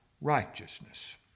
Righteousness